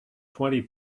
twenty